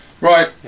Right